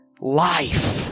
life